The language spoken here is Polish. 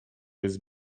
jest